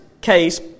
case